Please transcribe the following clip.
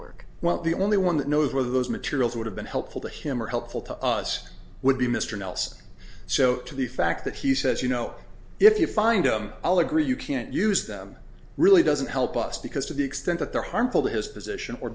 work well the only one that knows whether those materials would have been helpful to him or helpful to us would be mr nelson so to the fact that he says you know if you find them i'll agree you can't use them really doesn't help us because to the extent that they're harmful to his position or